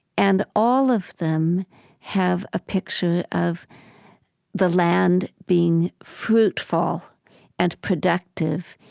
and all of them have a picture of the land being fruitful and productive,